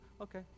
okay